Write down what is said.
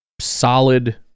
solid